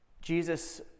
Jesus